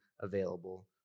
available